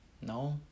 no